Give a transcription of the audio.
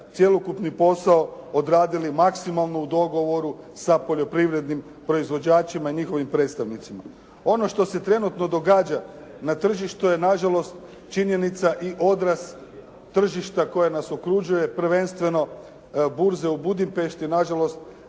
cjelokupni posao odradili maksimalno u dogovoru sa poljoprivrednim proizvođačima i njihovim predstavnicima. Ono što se trenutno događa na tržištu je na žalost činjenica i odraz tržišta koje nas okružuje, prvenstveno burze u Budidmpešti na žalost